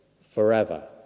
forever